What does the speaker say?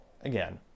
again